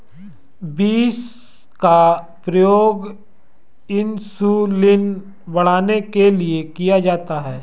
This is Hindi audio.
बींस का प्रयोग इंसुलिन बढ़ाने के लिए किया जाता है